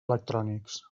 electrònics